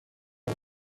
was